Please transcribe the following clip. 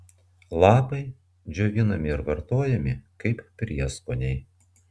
lapai džiovinami ir vartojami kaip prieskoniai